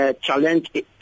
Challenge